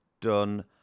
done